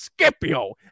Scipio